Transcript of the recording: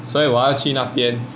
所以我要去那边